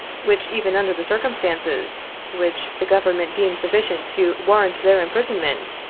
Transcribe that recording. which even under the circumstances which the government deemed sufficient to warrant their imprisonment,